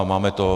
A máme to.